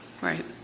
Right